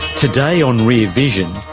today on rear vision,